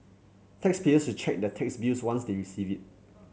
taxpayers should check their tax bills once they receive it